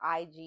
IG